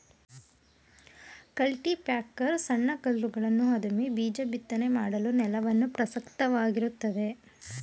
cultipacker ಸಣ್ಣ ಕಲ್ಲುಗಳನ್ನು ಅದುಮಿ ಬೀಜ ಬಿತ್ತನೆ ಮಾಡಲು ನೆಲವನ್ನು ಪ್ರಶಸ್ತವಾಗಿರುತ್ತದೆ